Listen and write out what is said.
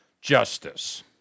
justice